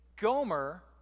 Gomer